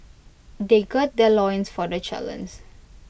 they gird their loins for the challenge